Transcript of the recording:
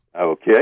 Okay